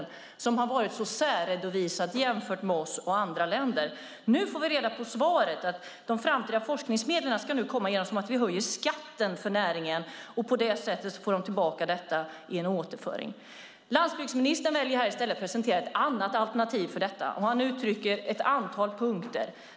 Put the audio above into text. Detta har varit särredovisat om man jämför oss med andra länder. Nu får vi reda på svaret. De framtida forskningsmedlen ska nu komma genom att vi höjer skatten för näringen. På det sättet får man tillbaka detta genom en återföring. Landsbygdsministern väljer här i stället att presentera ett annat alternativ för detta. Han anger ett antal punkter.